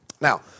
Now